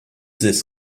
this